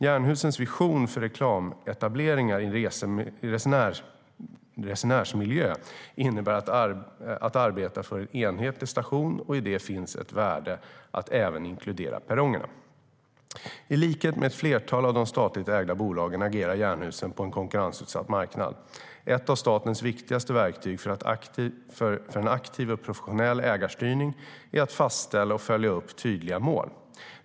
Jernhusens vision för reklametableringar i resenärsmiljö innebär att arbeta för en enhetlig station, och i det finns ett värde att även inkludera perrongerna. I likhet med ett flertal av de statligt ägda bolagen agerar Jernhusen på en konkurrensutsatt marknad. Ett av statens viktigaste verktyg för en aktiv och professionell ägarstyrning är att fastställa och följa upp tydliga mål.